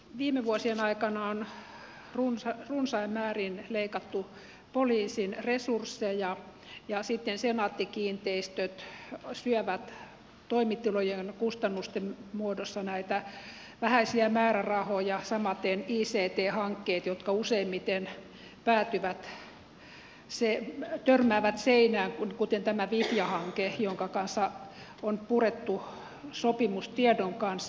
viime vuosien aikana on runsain määrin leikattu poliisin resursseja ja senaatti kiinteistöt syövät toimitulojen kustannusten muodossa näitä vähäisiä määrärahoja samaten ict hankkeet jotka useimmiten törmäävät seinään kuten tämä vitja hanke josta on purettu sopimus tiedon kanssa